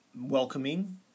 welcoming